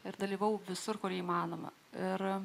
ir dalyvavau visur kur įmanoma ir